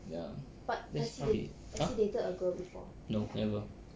ya but that's how he !huh! no never